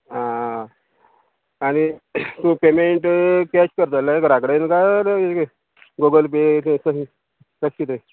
आं आनी तूं पेमेंट कॅश करतले घरा कडेन काय गुगल पे कशें कितें